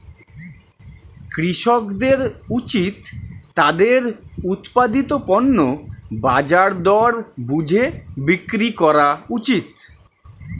কৃষকদের উচিত তাদের উৎপাদিত পণ্য বাজার দর বুঝে বিক্রি করা উচিত